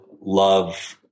love